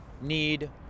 need